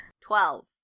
Twelve